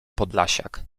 podlasiak